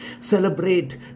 Celebrate